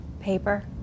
Paper